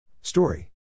Story